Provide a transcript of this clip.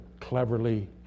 cleverly